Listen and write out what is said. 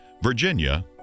Virginia